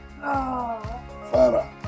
Farah